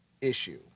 issue